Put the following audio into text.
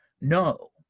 No